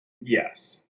Yes